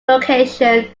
location